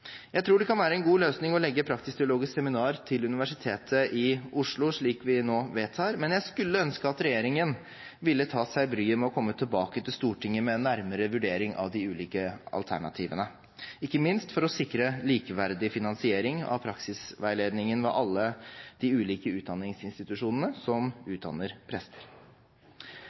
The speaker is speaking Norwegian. Jeg tror det kan være en god løsning å legge praktisk-teologisk seminar til Universitetet i Oslo, slik vi nå vedtar, men jeg skulle ønske at regjeringen ville ta seg bryet med å komme tilbake til Stortinget med en nærmere vurdering av de ulike alternativene, ikke minst for å sikre likeverdig finansiering av praksisveiledningen ved alle de ulike utdanningsinstitusjonene som utdanner prester.